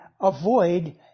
avoid